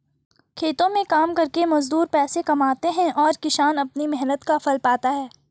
खेतों में काम करके मजदूर पैसे कमाते हैं और किसान अपनी मेहनत का फल पाता है